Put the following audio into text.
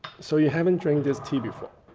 so you haven't drank this tea before?